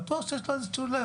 בטוח שיש לו תשובה,